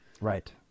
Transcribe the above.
right